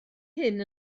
hyn